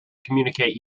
communicate